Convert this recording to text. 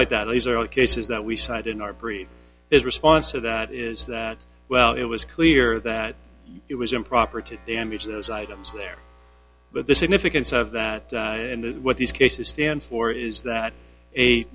like that laser all cases we cite in our brief his response to that is that well it was clear that it was improper to damage those items there but the significance of that and what these cases stands for is that a